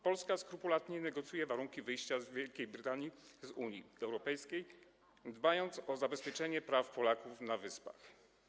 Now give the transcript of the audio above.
Polska skrupulatnie negocjuje warunki wyjścia Wielkiej Brytanii z Unii Europejskiej, dbając o zabezpieczenie praw Polaków na Wyspach.